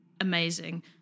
amazing